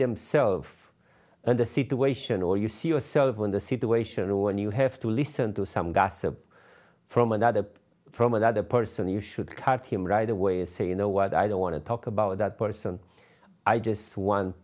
themselves in the situation or you see yourself in the situation when you have to listen to some gossip from another from another person you should cut him right away saying you know what i don't want to talk about that person i just want